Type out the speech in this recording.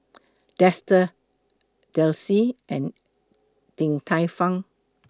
Dester Delsey and Din Tai Fung